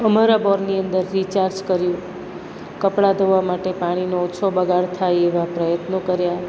અમારા બોરની અંદર રિચાર્જ કર્યું કપડાં ધોવા માટે પાણીનો ઓછો બગાડ થાય એવા પ્રયત્નો કર્યા